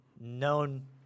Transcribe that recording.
known